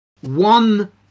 One